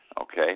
okay